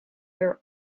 their